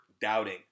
doubting